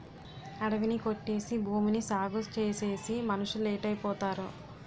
అడివి ని కొట్టేసి భూమిని సాగుచేసేసి మనుసులేటైపోతారో